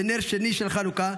בנר שני של חנוכה,